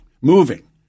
moving